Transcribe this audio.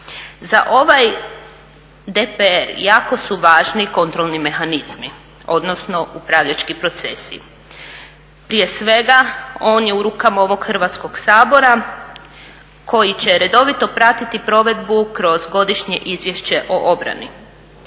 Za ovaj DPR jako su važni kontrolni mehanizmi, odnosno upravljački procesi. Prije svega on je u rukama ovog Hrvatskog sabora koji će redovito pratiti provedbu kroz Godišnje izvješće o obrani.